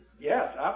Yes